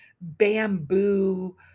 bamboo